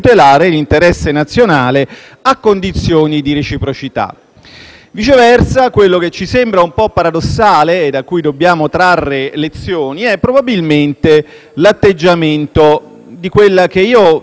Viceversa, quello che ci sembra un po' paradossale, e da cui dobbiamo trarre lezioni, è, probabilmente, l'atteggiamento di quella che io, non per pedanteria, ma per quel minimo di chiarezza